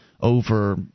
over